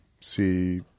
see